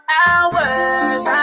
hours